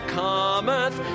cometh